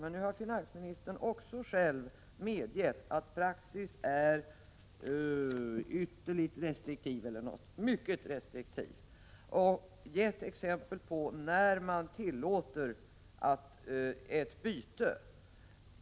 Men nu har finansministern också själv medgett att praxis är mycket restriktiv och gett exempel på när man tillåter ett byte av personnummer.